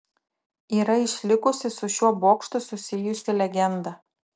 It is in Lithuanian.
yra išlikusi su šiuo bokštu susijusi legenda